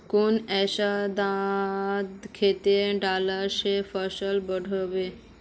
कुन ऐसा खाद खेतोत डालबो ते फसल बढ़बे?